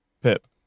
pip